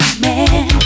man